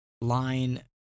line